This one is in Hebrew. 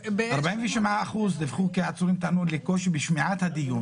47% עצורים טענו לקושי בשמיעת הדיון.